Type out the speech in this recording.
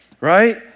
right